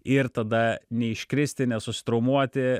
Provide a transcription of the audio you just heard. ir tada neiškristi nesusitraumuoti